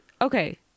okay